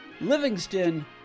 Livingston